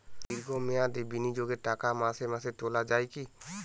দীর্ঘ মেয়াদি বিনিয়োগের টাকা মাসে মাসে তোলা যায় কি?